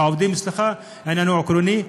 העניין הוא עקרוני,